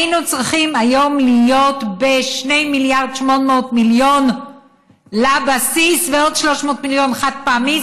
היינו צריכים היום להיות ב-2.8 מיליארד לבסיס ועוד 300 מיליון חד-פעמי,